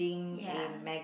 ya